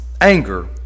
Anger